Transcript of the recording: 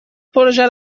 پروژه